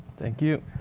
thank you.